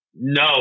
No